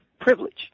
privilege